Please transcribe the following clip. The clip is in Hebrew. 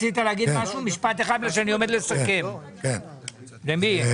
מי אדוני?